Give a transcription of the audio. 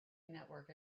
network